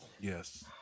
Yes